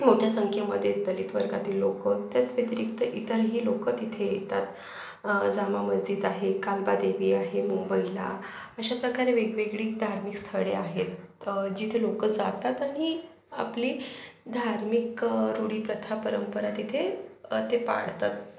मोठ्या संख्येमध्ये दलित वर्गातील लोकं त्याच व्यतिरिक्त इतरही लोकं तिथे येतात जामा मस्जीद आहे काळबादेवी आहे मुंबईला अशाप्रकारे वेगवेगळी धार्मिक स्थळे आहेत जिथे लोकं जातात आणि आपली धार्मिक रूढी प्रथा परंपरा तिथे ते पाडतात